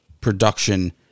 production